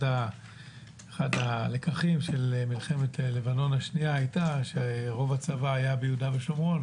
אחד הלקחים של מלחמת לבנון השנייה היה שרוב הצבא היה ביהודה ושומרון,